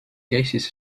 gases